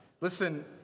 Listen